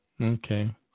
Okay